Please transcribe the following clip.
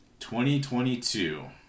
2022